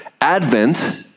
Advent